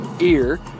ear